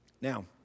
Now